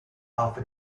alpha